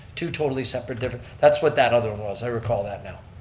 two totally separate, different, that's what that other one was, i recall that now.